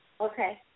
Okay